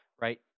right